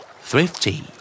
Thrifty